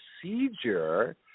procedure –